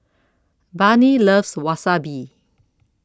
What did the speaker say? Barnie loves Wasabi